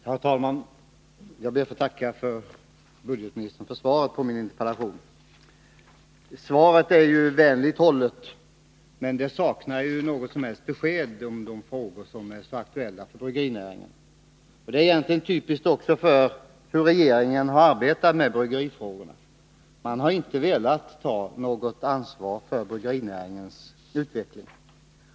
Herr talman! Jag ber att få tacka budgetministern för svaret på min interpellation. Svaret är vänligt hållet, men det ger inget som helst besked om de frågor som är så aktuella för bryggerinäringen. Det är egentligen typiskt för hur regeringen har arbetat med bryggerifrågorna. Man har inte velat ta något ansvar för bryggerinäringens utveckling.